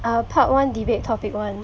uh part one debate topic one